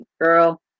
girl